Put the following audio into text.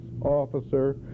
officer